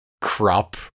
crop